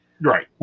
Right